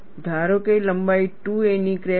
ધારો કે લંબાઈ 2a ની ક્રેક માટે